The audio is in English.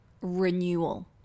renewal